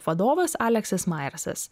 vadovas aleksas majersas